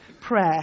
prayer